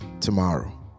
tomorrow